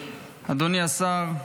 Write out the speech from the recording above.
אדוני השר,